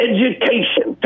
Education